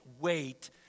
wait